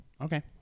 Okay